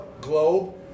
globe